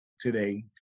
today